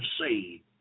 saved